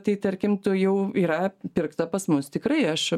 tai tarkim tu jau yra pirkta pas mus tikrai aš